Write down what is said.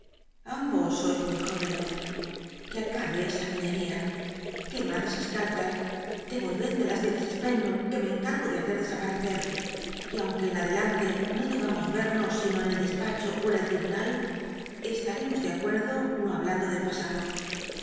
ambos sois muy jóvenes que acabe esa niñetia quema esas carlas dcrolvedme las de miss spenlow que me encatgo de hacer desapateecr y aunque en adelante no debamos yemos sino en el de pacho ó en el tribunal estaremos de acuerdo no hablando del pasado